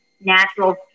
natural